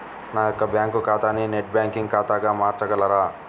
నా యొక్క బ్యాంకు ఖాతాని నెట్ బ్యాంకింగ్ ఖాతాగా మార్చగలరా?